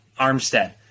Armstead